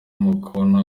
umukono